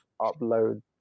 upload